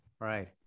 right